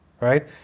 right